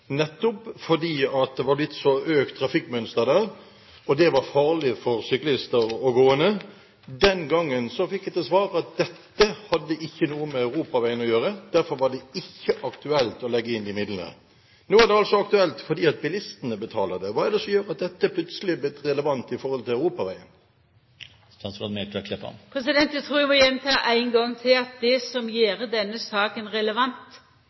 nettopp fordi det var blitt så stor økning i trafikken der, og det var farlig for syklister og gående. Den gangen fikk jeg til svar at dette hadde ikke noe med europaveien å gjøre, derfor var det ikke aktuelt å legge inn de midlene. Nå er det altså aktuelt, fordi bilistene betaler. Hva er det som gjør at dette plutselig er blitt relevant i forhold til europaveien? Eg trur eg må gjenta ein gong til at det som gjer denne saka relevant,